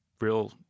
real